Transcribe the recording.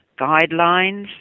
guidelines